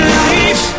life